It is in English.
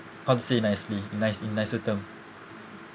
how to say nicely in nice in nicer term